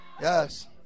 Yes